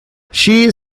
she